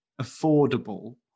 affordable